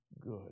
good